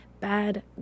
Bad